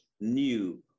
new